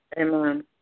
Amen